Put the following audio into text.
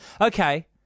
Okay